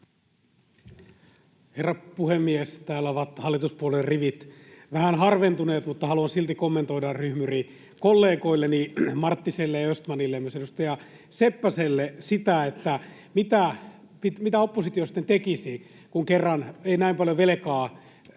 Herra puhemies! Täällä ovat hallituspuolueiden rivit vähän harventuneet, mutta haluan silti kommentoida ryhmyrikollegoilleni Marttiselle ja Östmanille ja myös edustaja Seppäselle sitä, mitä oppositio sitten tekisi, kun kerran näin paljon velkaa